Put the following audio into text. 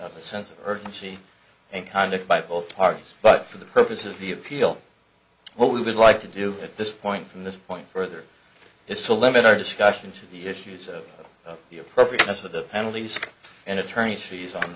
of a sense of urgency and conduct by both parties but for the purposes of the appeal what we would like to do at this point from this point further is to limit our discussion to the issues of the appropriateness of the penalties and attorneys fees on